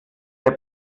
der